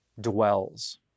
dwells